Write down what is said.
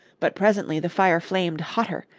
but presently the fire flamed hotter,